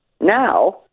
now